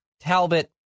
talbot